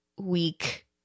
week